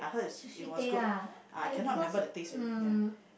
Sushi-Tei ah uh because um